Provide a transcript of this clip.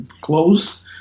close